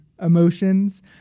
emotions